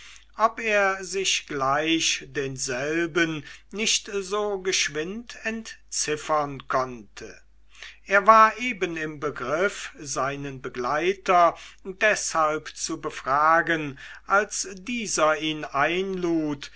ob er sich gleich denselben nicht so geschwind entziffern konnte er war eben im begriff seinen begleiter deshalb zu befragen als dieser ihn einlud